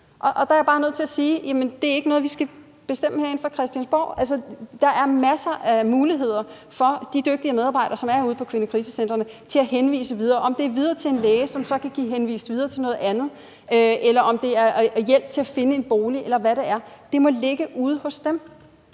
Og der er jeg bare nødt til at sige, at det ikke er noget, vi skal bestemme herinde fra Christiansborg. Altså, der er masser af muligheder for de dygtige medarbejdere, der er ude på kvindekrisecentrene, til at henvise videre. Om det er videre til en læge, som så kan henvise videre til noget andet, eller om det er hjælp til at finde en bolig, eller hvad det er, må det ligge ude hos dem.